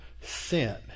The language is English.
sin